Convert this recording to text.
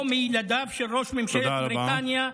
או מחיי ילדיו של ראש ממשלת בריטניה,